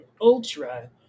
Ultra